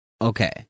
okay